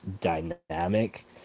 dynamic